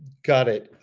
got it.